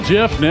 Jeff